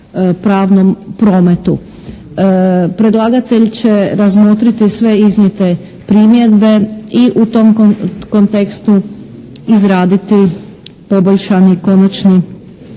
pravnom prometu. Predlagatelj će razmotriti sve iznijete primjedbe i u tom kontekstu izraditi poboljšani konačni, konačni